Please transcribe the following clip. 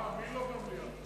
מי לא במליאה?